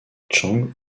chang